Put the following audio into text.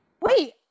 Wait